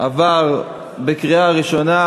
עבר בקריאה טרומית